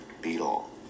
beetle